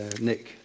Nick